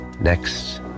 Next